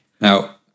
Now